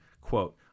Quote